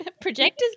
Projectors